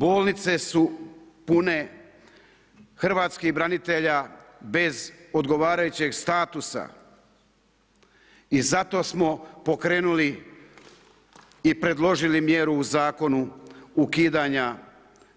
Bolnice su pune hrvatskih branitelja bez odgovarajućeg statusa i zato smo pokrenuli i predložili mjeru u zakonu, ukidanja